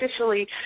officially